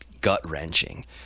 gut-wrenching